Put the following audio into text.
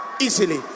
easily